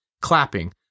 clapping